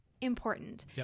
important